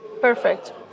perfect